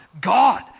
God